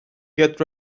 get